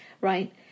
right